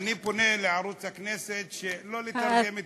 אני פונה לערוץ הכנסת שלא לתרגם את